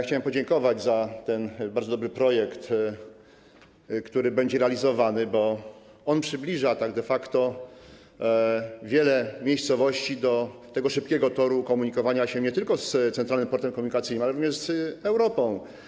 Chciałem podziękować za ten bardzo dobry projekt, który będzie realizowany, bo on de facto przybliża wiele miejscowości do tego szybkiego toru komunikowania się nie tylko z Centralnym Portem Komunikacyjnym, ale również z Europą.